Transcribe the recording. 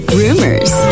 rumors